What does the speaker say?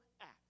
act